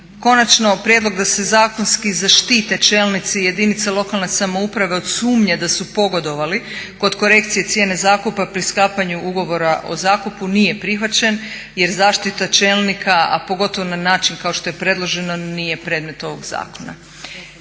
Konačno prijedlog da se zakonski zaštite čelnici jedinica lokalne samouprave od sumnje da su pogodovali kod korekcije cijene zakupa pri sklapanju ugovora o zakupu nije prihvaćen jer zaštita čelnika a pogotovo na način kao što je predloženo nije predmet ovog zakona.